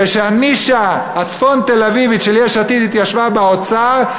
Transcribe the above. כשהנישה הצפון תל-אביבית של יש עתיד התיישבה באוצר,